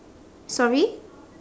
sorry